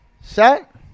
Set